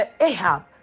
Ahab